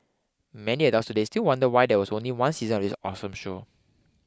many adults today still wonder why there was only one season of this awesome show